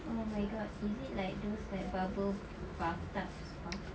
oh my god is it like those like bubble bathtub spa